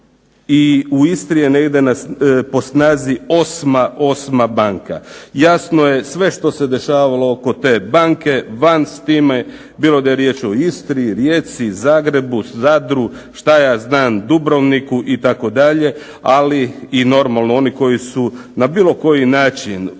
i u Istri je negdje po snazi 8. banka. Jasno je sve što se dešavalo oko te banke. Van s time bilo da je riječ o Istri, Rijeci, Zagrebu, Zadru, šta ja znam Dubrovniku itd. Ali i normalno, oni koji su na bilo koji način